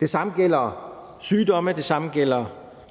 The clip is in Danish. Det samme gælder sygdomme, det samme gælder